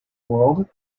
world